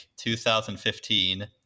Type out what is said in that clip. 2015